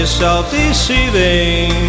self-deceiving